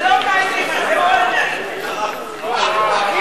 של חבר הכנסת מאיר שטרית וקבוצת חברי הכנסת,